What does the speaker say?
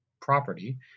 property